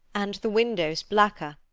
and the windows blacker,